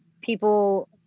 people